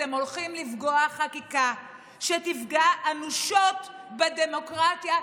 אתם הולכים לקבוע חקיקה שתפגע אנושות בדמוקרטיה,